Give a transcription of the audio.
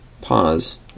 pause